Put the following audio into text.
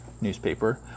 newspaper